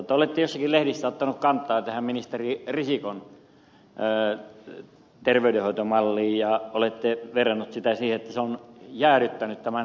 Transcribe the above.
olette joissakin lehdissä ottanut kantaa tähän ministeri risikon terveydenhoitomalliin ja olette verrannut sitä siihen että se on jäädyttänyt tämän paras hankkeen